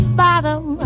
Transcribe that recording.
bottom